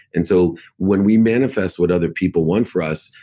and so when we manifest what other people want for us,